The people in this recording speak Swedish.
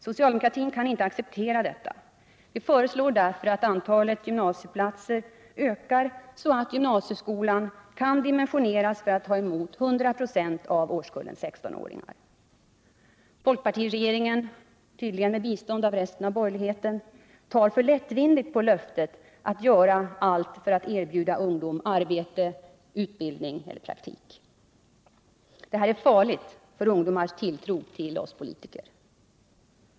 Socialdemokraterna kan inte acceptera detta. Vi föreslår att antalet gymnasieplatser ökar så mycket att gymnasieskolan kan dimensioneras för att ta emot 100 96 av årskullen 16-åringar. Folkpartiregeringen —-tydligen med bistånd av resten av borgerligheten — tar alltför lättvindigt på löftet att göra allt för att erbjuda ungdom arbete, utbildning eller praktik. Detta är farligt för ungdomars tilltro till oss politiker.